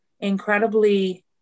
incredibly